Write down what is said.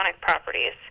properties